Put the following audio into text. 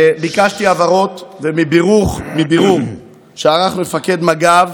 ביקשתי הבהרות, ומבירור שערך מפקד מג"ב